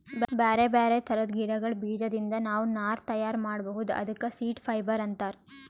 ಬ್ಯಾರೆ ಬ್ಯಾರೆ ಥರದ್ ಗಿಡಗಳ್ ಬೀಜದಿಂದ್ ನಾವ್ ನಾರ್ ತಯಾರ್ ಮಾಡ್ಬಹುದ್ ಅದಕ್ಕ ಸೀಡ್ ಫೈಬರ್ ಅಂತಾರ್